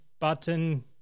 button